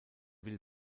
will